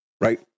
right